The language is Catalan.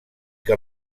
que